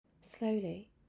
Slowly